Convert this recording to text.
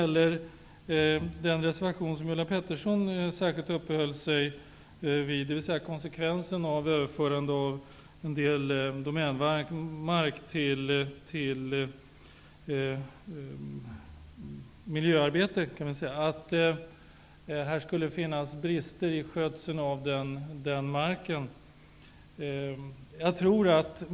Enligt den reservation som Ulla Pettersson särkilt uppehöll sig vid, dvs. konsekvensen av överförande av en del Domänmark till miljöarbete, skulle det finnas en del brister i skötseln av den marken.